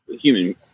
human